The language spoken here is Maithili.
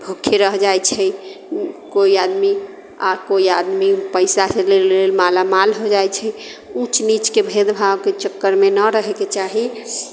भूखे रहि जाइत छै कोइ आदमी आ कोइ आदमी पैसासँ अलेल मालामाल हो जाइत छै ऊँच नीचके भेदभावके चक्करमे न रहयके चाही